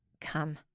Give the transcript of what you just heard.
come